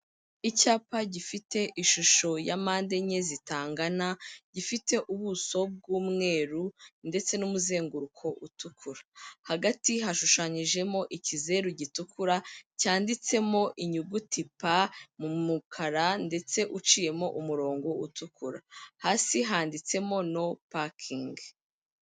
Icyapa gifite ishusho ya mpande enye zitangana, gifite ubuso bw'umweru ndetse n'umuzenguruko utukura. Hagati hashushanyijemo ikizeru gitukura cyanditsemo inyuguti p mu mukara ndetse uciyemo umurongo utukura hasi handitsemo no pakingi.